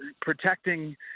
protecting